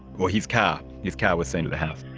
or his car, his car was seen at the house.